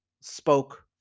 spoke